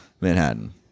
Manhattan